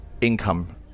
income